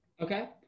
Okay